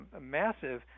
massive